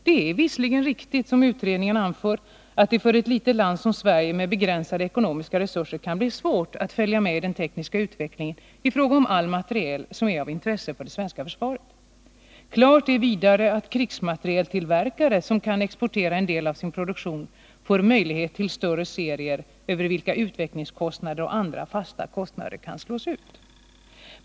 Det är visserligen riktigt, som utredningen anför, att det för ett litet land som Sverige med begränsade ekonomiska resurser kan bli svårt att följa medi den tekniska utvecklingen i fråga om all materiel som är av intresse för det svenska försvaret. Klart är vidare att krigsmaterieltillverkare, som kan exportera en del av sin produktion, får möjlighet till större serier över vilka utvecklingskostnader och andra fasta kostnader kan slås ut.